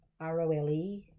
role